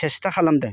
सेस्था खालामदों